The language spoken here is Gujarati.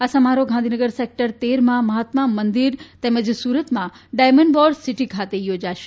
આ સમારોહ ગાંધીનગર સેકટર તેરમાં મહાત્મા મંદિર તેમજ સુરતમાં ડાયમંડ બોર્સ સિટી ખાતે થોજાશે